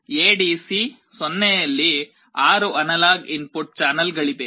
ಈಗ ಎಡಿಸಿ 0 ನಲ್ಲಿ 6 analog input ಚಾನೆಲ್ಗಳಿವೆ